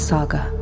Saga